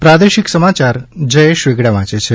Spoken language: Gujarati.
પ્રાદેશિક સમાચાર જયેશ વેગડા વાંચે છે